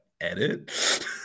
edit